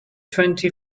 twenty